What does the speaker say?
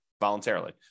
voluntarily